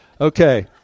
Okay